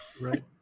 Right